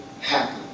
happen